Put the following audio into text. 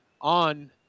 on